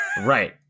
Right